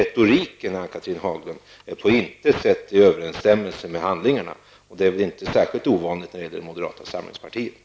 Retoriken, Ann-Cathrine Haglund, är på intet sätt i överensstämmelse med handlingarna, och det är väl inte särskilt ovanligt när det gäller moderata samlingspartiet.